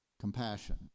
compassion